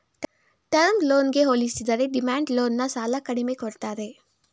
term ಲೋನ್ಗೆ ಹೋಲಿಸಿದರೆ demand loan ನ ಸಾಲ ಕಡಿಮೆ ಕೊಡ್ತಾರೆ